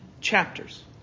chapters